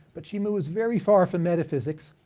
but she moves very far from metaphysics.